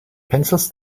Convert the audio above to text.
pencils